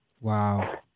Wow